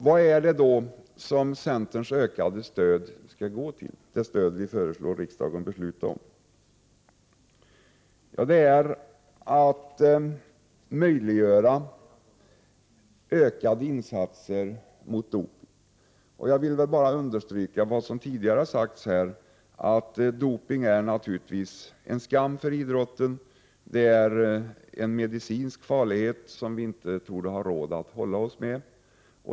Vad är det då som det ökade stöd som centern föreslår att riksdagen beslutar om skall gå till? Jo, det är att möjliggöra ökade insatser mot doping. Jag vill bara understryka vad som tidigare har sagts, dvs. att doping naturligtvis är en skam för idrotten, en medicinsk farlighet som vi inte torde ha råd att hålla oss med.